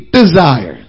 desire